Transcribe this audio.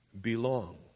belong